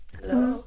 hello